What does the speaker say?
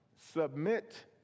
submit